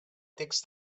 texts